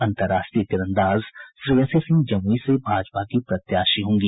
अंतर्राष्ट्रीय तीरंदाज श्रेयसी सिंह जमूई से भाजपा की प्रत्याशी होंगी